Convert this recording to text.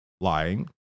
lying